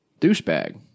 douchebag